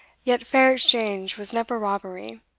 yet fair exchange was never robbery,